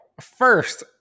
First